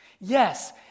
Yes